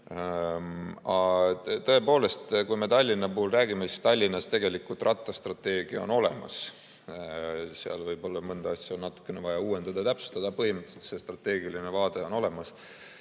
tõepoolest, kui me Tallinnast räägime, siis Tallinnas tegelikult rattastrateegia on olemas. Seal on võib-olla vaja mõnda asja natukene uuendada ja täpsustada, aga põhimõtteliselt strateegiline vaade on olemas.